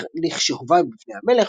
אך לכשהובא בפני המלך,